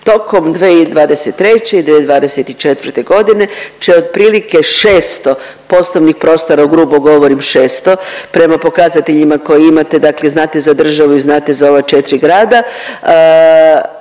tokom 2023. i 2024.g. će otprilike 600 poslovnih prostora, u grubo govorim 600, prema pokazateljima koji imate znate za državu i znate za ova četri grada,